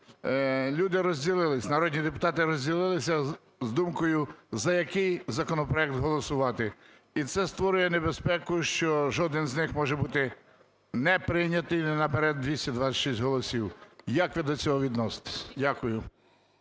люди розділилися, народні депутати розділилися з думкою, за який законопроект голосувати. І це створює небезпеку, що жоден з них може бути неприйнятий і не набере 226 голосів. Як ви до цього відноситесь? Дякую.